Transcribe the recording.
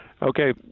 Okay